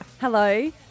Hello